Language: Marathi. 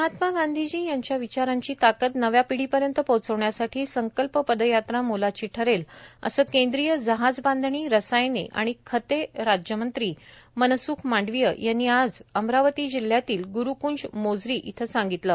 महात्मा गांधीजी यांच्या विचारांची ताकद नव्या पिढीपर्यंत पोहोचविण्यासाठी संकल्प पदयात्रा मोलाची ठरेल असे केंद्रीय जहाज बांधणी रसायने आणि खते राज्यमंत्री मनस्ख मांडवीय यांनी आज अमरावती जिल्ह्यातील गुरुकंज मोझरी इथं सांगितले